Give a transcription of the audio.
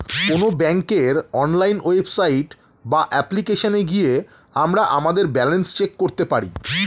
কোনো ব্যাঙ্কের online website বা অ্যাপ্লিকেশনে গিয়ে আমরা আমাদের ব্যালেন্স চেক করতে পারি